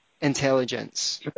intelligence